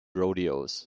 rodeos